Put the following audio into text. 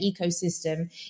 ecosystem